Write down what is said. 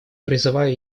призываю